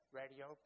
radio